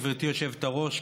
גברתי היושבת-ראש,